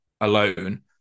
alone